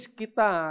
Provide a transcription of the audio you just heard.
kita